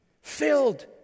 filled